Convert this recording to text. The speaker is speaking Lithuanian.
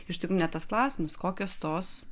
iš tikrų ne tas klausimas kokios tos